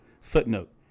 Footnote